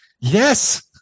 Yes